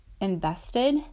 invested